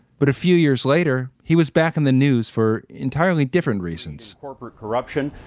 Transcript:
but a few years later, he was back in the news for entirely different reasons corporate corruption.